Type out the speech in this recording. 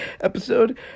episode